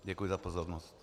Děkuji za pozornost.